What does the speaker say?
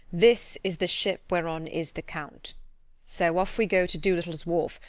this is the ship whereon is the count so off we go to doolittle's wharf,